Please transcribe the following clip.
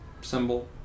symbol